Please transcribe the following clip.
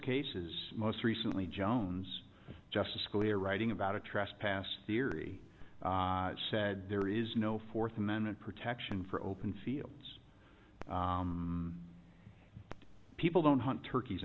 cases most recently jones justice scalia writing about a trespass theory said there is no fourth amendment protection for open fields people don't hunt turkeys